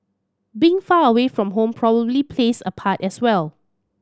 being far away from home probably plays a part as well